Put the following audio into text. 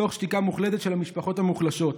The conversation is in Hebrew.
תוך שתיקה מוחלטת של המשפחות המוחלשות.